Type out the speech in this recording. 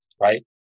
Right